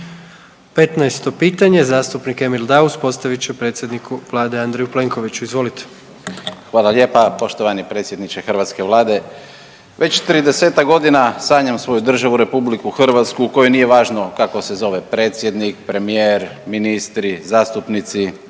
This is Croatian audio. pitanje zastupnik Emil Daus postavit će predsjedniku Vlade Andreju Plenkoviću. Izvolite. **Daus, Emil (IDS)** Hvala lijepa poštovani predsjedniče hrvatske Vlade. Već 30-tak godina sanjam svoju državu Republiku Hrvatsku u kojoj nije važno kako se zove predsjednik, premijer, ministri, zastupnici